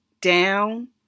down